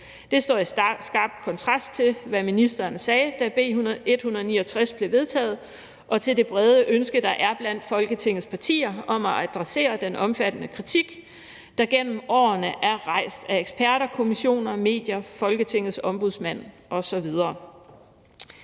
Det står i skarp kontrast til, hvad ministeren sagde, da B 169 blev vedtaget, og til det brede ønske, der er blandt Folketingets partier om at adressere den omfattende kritik, der gennem årene er rejst af eksperter, kommissioner, medier, Folketingets Ombudsmand osv.